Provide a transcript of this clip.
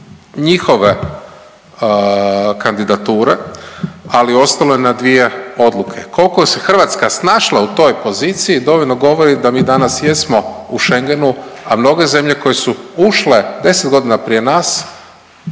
njihove kandidature, ali ostalo je na dvije odluke. Koliko se Hrvatska snašla u toj poziciji dovoljno govori da mi danas jesmo u Schengenu, a mnoge zemlje koje su ušle deset godina prije nas